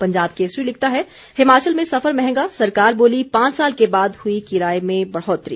पंजाब केसरी लिखता है हिमाचल में सफर महंगा सरकार बोली पांच साल के बाद हुई किराये में बढ़ोतरी